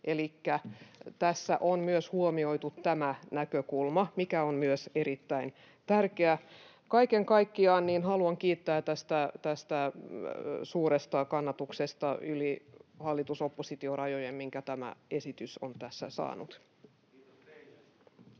Elikkä tässä on huomioitu myös tämä näkökulma, mikä on myös erittäin tärkeä. Kaiken kaikkiaan haluan kiittää tästä suuresta kannatuksesta yli hallitus—oppositio-rajojen, minkä tämä esitys on tässä saanut. — Kiitos.